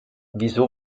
wieso